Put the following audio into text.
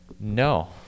no